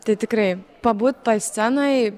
tai tikrai pabūt toj scenoj